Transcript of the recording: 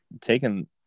taken